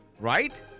Right